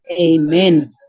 Amen